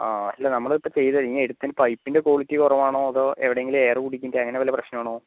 ആ ഇല്ല നമ്മളിപ്പം ചെയ്ത ഇനി എടുത്ത പൈപ്പിൻ്റെ ക്വാളിറ്റി കുറവാണോ അതോ എവിടെയെങ്കിലും എയർ കൂടിയിട്ട് ഇനി അങ്ങനെ വല്ല പ്രശ്നം ആണോ